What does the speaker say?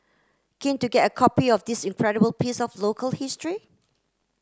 keen to get a copy of this incredible piece of local history